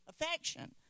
affection